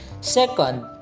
Second